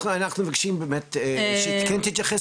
אנחנו מבקשים כמובן שהיא כן תתייחס,